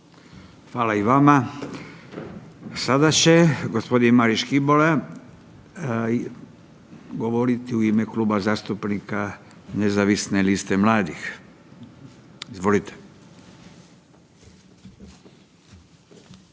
Hvala i vama. Sada će g. Marin Škibola govoriti u ime Kluba zastupnika nezavisne liste mladih. Izvolite.